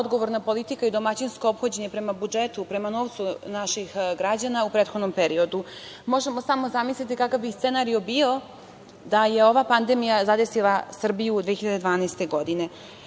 odgovorna politika i domaćinsko ophođenje prema budžetu, prema novcu naših građana u prethodnom periodu. Možemo samo zamisliti kakav bi scenario bio da je ova pandemija zadesila Srbiju u 2012. godine.Za